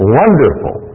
wonderful